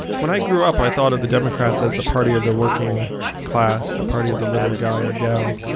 when i grew up, i thought of the democrats as the party of the working class, the party of the little guy or gal.